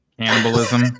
Cannibalism